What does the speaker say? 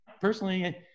personally